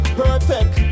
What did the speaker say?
perfect